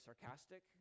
sarcastic